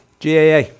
GAA